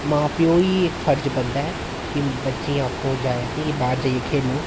मां प्योऽ गी इक्क फरज़ बनदा ऐ कि बच्चें गी आक्खो करी जाये बाहर जाइये खेलो